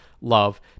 love